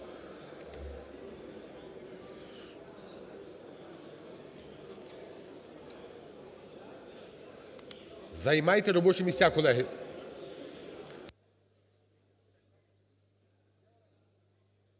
Займайте робочі місця, колеги.